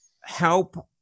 help